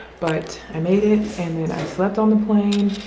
but i made it and then i slept on the plane.